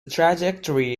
trajectory